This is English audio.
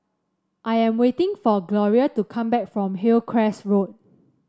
I am waiting for Gloria to come back from Hillcrest Road